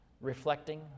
reflecting